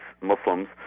Muslims